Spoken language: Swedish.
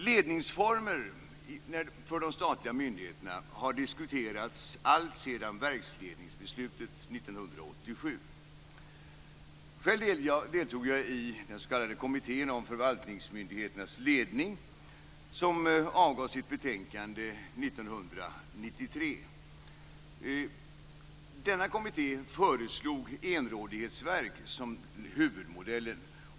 Ledningsformer för de statliga myndigheterna har diskuterats alltsedan verksledningsbeslutet 1987. Själv deltog jag i den s.k. kommittén om förvaltningsmyndigheternas ledning, som avgav sitt betänkande 1993. Denna kommitté föreslog enrådighetsverk som huvudmodellen.